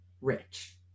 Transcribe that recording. rich